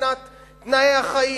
מבחינת תנאי החיים,